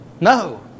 No